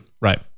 Right